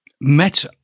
met